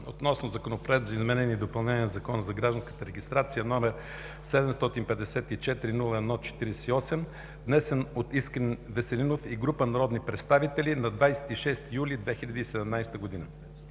гласуване Законопроект за изменение и допълнение на Закона за гражданската регистрация, № 754-01-48, внесен от Искрен Веселинов и група народни представители, на 26 юли 2017 г.“